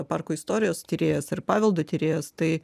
parko istorijos tyrėjas ir paveldo tyrėjas tai